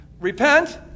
Repent